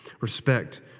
respect